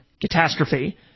catastrophe